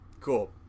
Cool